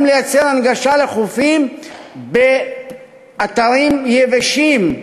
לייצר בחופים הנגשה לאתרים יבשים.